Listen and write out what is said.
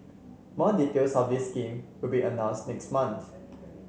more details of this scheme will be announced next month